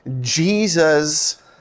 Jesus